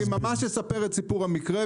אני ממש אספר את סיפור המקרה,